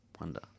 wonder